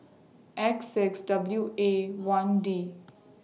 X six W A one D